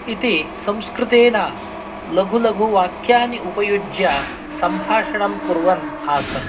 इति संस्कृतेन लघुलघुवाक्यानि उपयुज्य सम्भाषणं कुर्वन् आसम्